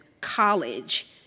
college